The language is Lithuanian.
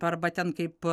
arba ten kaip